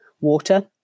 water